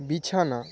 বিছানা